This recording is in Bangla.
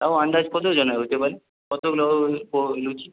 তাও আন্দাজ কতজনের হতে পারে লুচি